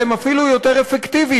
והם אפילו יותר אפקטיביים,